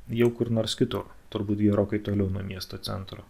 jau kur nors kitur turbūt gerokai toliau nuo miesto centro